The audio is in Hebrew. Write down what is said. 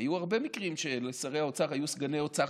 היו הרבה מקרים שלשרי האוצר היו סגני אוצר,